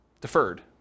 deferred